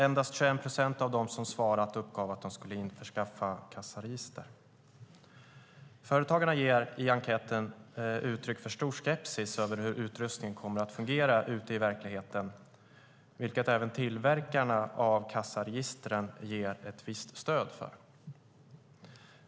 Endast 21 procent av dem som svarade uppgav att de skulle införskaffa kassaregister. Företagarna ger i enkäten uttryck för stor skepsis till hur utrustningen kommer att fungera ute i verkligheten, vilket även tillverkarna av kassaregistren ger ett visst stöd för.